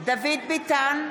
דוד ביטן,